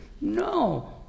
No